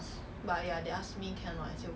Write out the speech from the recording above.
ya they keep asking us to send the form right